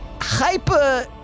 hyper